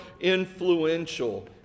influential